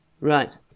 Right